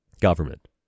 government